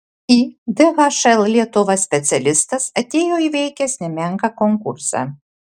į dhl lietuva specialistas atėjo įveikęs nemenką konkursą